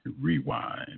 Rewind